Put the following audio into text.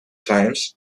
times